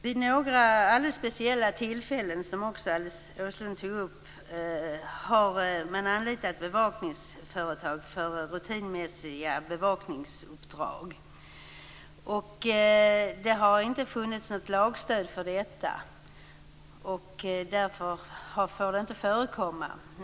Vid några speciella tillfällen - som också Alice Åström tog upp - har bevakningsföretag anlitats för rutinmässiga bevakningsuppdrag. Det har inte funnits något lagstöd för detta. Därför får det inte förekomma.